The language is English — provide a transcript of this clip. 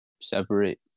separate